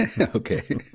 Okay